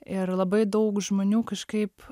ir labai daug žmonių kažkaip